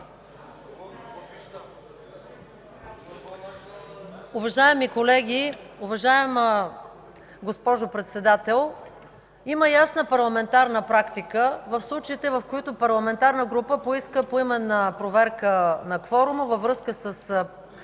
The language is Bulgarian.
Уважаеми колеги, уважаема госпожо Председател! Има ясна парламентарна практика в случаите, в които парламентарна група поиска поименна проверка на кворума във връзка с